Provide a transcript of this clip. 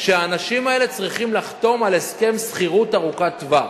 שהאנשים האלה צריכים לחתום על הסכם שכירות ארוכת-טווח.